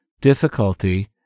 difficulty